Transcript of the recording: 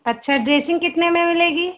अच्छा ड्रेसिंग कितने में मिलेगी